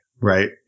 right